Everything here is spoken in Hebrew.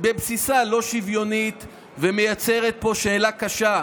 בבסיסה לא שוויונית ומייצרת פה שאלה קשה,